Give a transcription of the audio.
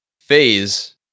Phase